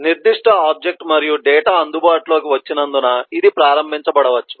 నిర్దిష్ట ఆబ్జెక్ట్ మరియు డేటా అందుబాటులోకి వచ్చినందున ఇది ప్రారంభించబడవచ్చు